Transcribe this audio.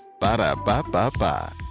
Ba-da-ba-ba-ba